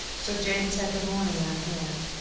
so james had the morning on hand,